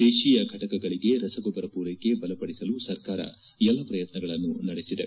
ದೇಶೀಯ ಫಟಕಗಳಿಗೆ ರಸಗೊಬ್ಬರ ಪೂರೈಕೆ ಬಲಪಡಿಸಲು ಸರ್ಕಾರ ಎಲ್ಲ ಪ್ರಯತ್ನಗಳನ್ನು ನಡೆಸಿದೆ